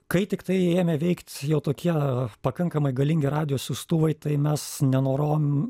kai tiktai ėmė veikt jau tokie pakankamai galingi radijo siųstuvai tai mes nenorom